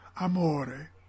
Amore